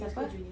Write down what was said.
siapa